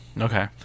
Okay